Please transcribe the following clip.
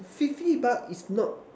fifty bucks is not